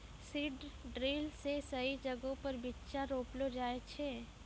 seed drill से सही जगहो पर बीच्चा रोपलो जाय छै